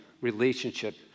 relationship